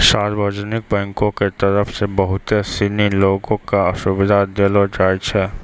सार्वजनिक बैंको के तरफ से बहुते सिनी लोगो क सुविधा देलो जाय छै